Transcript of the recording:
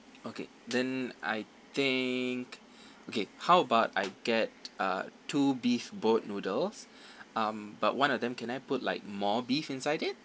okay then I think okay how about I get uh two beef boat noodles um but one of them can I put like more beef inside it